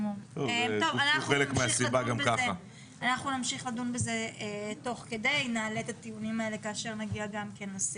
אנחנו נמשיך לדון בזה תוך כדי ו נעלה את הטיעונים האלה כאשר נגיע לסעיף.